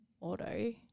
auto